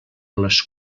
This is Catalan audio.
les